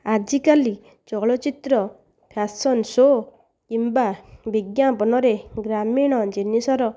ଆଜିକାଲି ଚଳଚ୍ଚିତ୍ର fashion show କିମ୍ବା ବିଜ୍ଞାପନରେ ଗ୍ରାମୀଣ ଜିନିଷର